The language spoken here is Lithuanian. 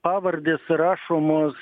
pavardės rašomos